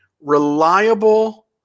reliable